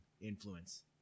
influence